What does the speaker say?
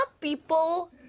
people